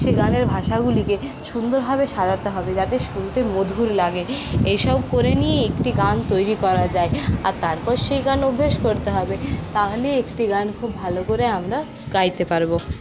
সে গানের ভাষাগুলিকে সুন্দরভাবে সাজাতে হবে যাতে শুনতে মধুর লাগে এসব করে নিয়ে একটি গান তৈরি করা যায় আর তারপর সেই গান অভ্যেস করতে হবে তাহলে একটি গান খুব ভালো করে আমরা গাইতে পারবো